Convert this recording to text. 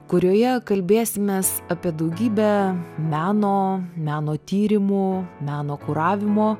kurioje kalbėsimės apie daugybę meno meno tyrimų meno kuravimo